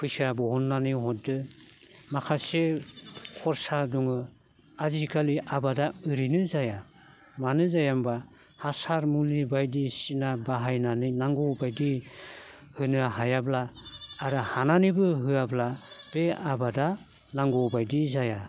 फैसाया बहननानै हरदो माखासे खरसा दङ आजि खालि आबादा ओरैनो जाया मानो जाया होनब्ला हासार मुलि बायदि सिना बाहायनानै नांगौ बायदि होनो हायाब्ला आरो हानानैबो होआब्ला बे आबादा नांगौ बायदि जाया